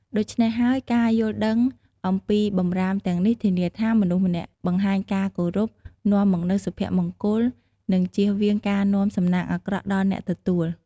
ដូច្នេះហើយ ការយល់ដឹងអំពីបម្រាមទាំងនេះធានាថា មនុស្សម្នាក់បង្ហាញការគោរព នាំមកនូវសុភមង្គល និងជៀសវាងការនាំសំណាងអាក្រក់ដល់អ្នកទទួល។